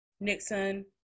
Nixon